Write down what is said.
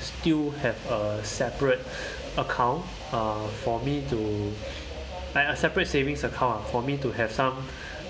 still have a separate account uh for me to like a separate savings account ah for me to have some